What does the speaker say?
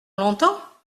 longtemps